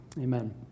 Amen